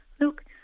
look